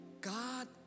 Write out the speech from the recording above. God